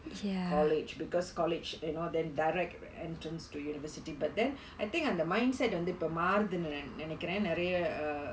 college because college you know then direct entrance to university but then I think the mindset வந்து இப்போ மாறுதுனு நினைக்கிறே நிறைய:vanthu ippo maaruthunu ninaikkiraen niraiya uh